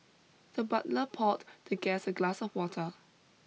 the butler poured the guest a glass of water